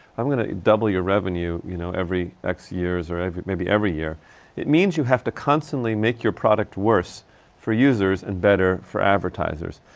i'm gonna double your revenue you know every x years or every maybe every year it means you have to constantly make your product worse for users and better for advertisers.